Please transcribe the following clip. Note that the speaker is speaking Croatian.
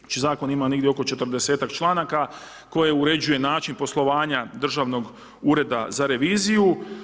Znači zakon ima negdje oko 40-tak članaka koji uređuje način poslovanja Državnog ureda za reviziju.